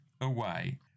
away